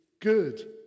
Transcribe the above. good